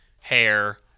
hair